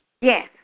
Yes